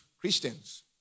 Christians